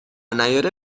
نیاره